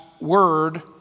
word